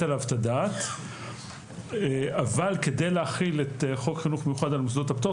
עליו את הדעת; אבל כדי להחיל את חוק חינוך מיוחד על מוסדות הפטור,